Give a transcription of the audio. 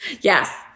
Yes